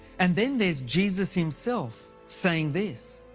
and then there's jesus himself saying this.